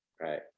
Right